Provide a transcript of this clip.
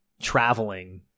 traveling